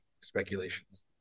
speculations